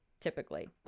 typically